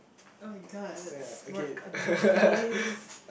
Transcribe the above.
[oh]-my-god that smirk on your face